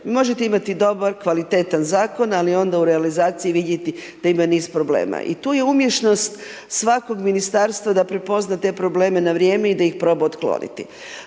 možete imati dobar, kvalitetan zakon ali onda u realizaciji vidjeti da ima niz problema. I tu je umješnost svakog ministarstva da prepozna te probleme na vrijeme i da ih proba otkloniti.